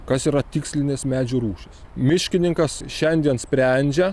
kas yra tikslinės medžių rūšys miškininkas šiandien sprendžia